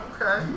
Okay